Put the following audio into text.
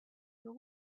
your